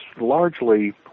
largely